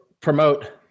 Promote